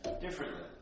differently